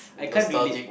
I can't relate